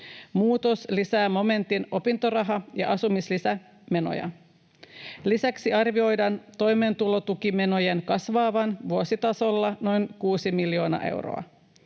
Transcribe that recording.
Muutos lisää momentin opintoraha- ja asumislisämenoja. Lisäksi arvioidaan toimeentulotukimenojen kasvavan vuositasolla noin kuusi miljoonaa euroa.